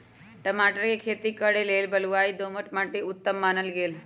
टमाटर कें खेती करे लेल बलुआइ दोमट माटि उत्तम मानल गेल